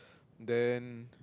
then